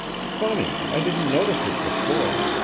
funny i didn't notice it before.